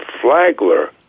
Flagler